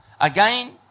again